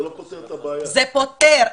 זה פותר.